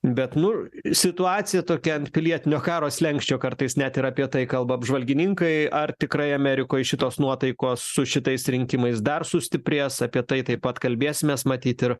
bet nu situacija tokia ant pilietinio karo slenksčio kartais net ir apie tai kalba apžvalgininkai ar tikrai amerikoj šitos nuotaikos su šitais rinkimais dar sustiprės apie tai taip pat kalbėsimės matyt ir